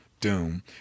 doom